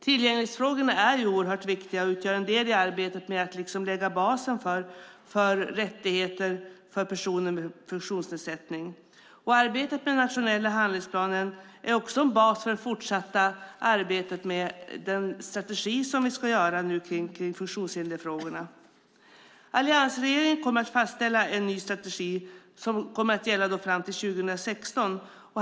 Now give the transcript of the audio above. Tillgänglighetsfrågorna är oerhört viktiga och utgör en del i arbetet med att lägga basen för rättigheter för personer med funktionsnedsättning. Arbetet med den nationella handlingsplanen är också en bas för det fortsatta arbetet med den strategi som vi nu ska utveckla kring funktionshindersfrågorna. Alliansregeringen kommer att fastställa en ny strategi som kommer att gälla fram till 2016.